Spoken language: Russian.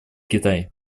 китай